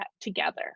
together